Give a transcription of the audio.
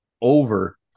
over